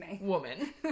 woman